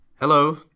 hello